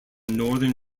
northern